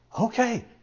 Okay